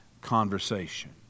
conversation